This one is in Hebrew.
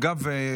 אגב,